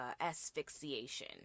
asphyxiation